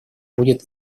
будет